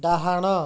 ଡ଼ାହାଣ